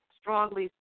strongly